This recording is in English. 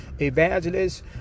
evangelists